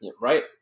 right